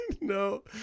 No